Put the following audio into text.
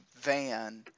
van –